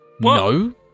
no